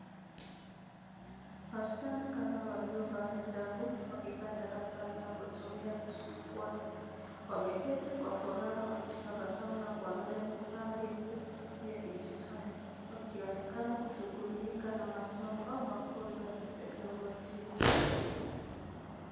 Wasichana kadhaa waliovaa hijabu wakikaa darasani na kutumia vishikwambi wameketi kwa furaha wakitabasamu na kuangalia vifaa hivyo vya kidijitali wakionekana kushughulika na masomo au mafunzo ya kiteknolojia.